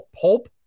pulp